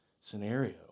scenario